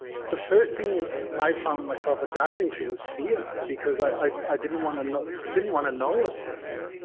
but the first thing i found myself adapting to was fear because i i didn't want to know, didn't want to know at first,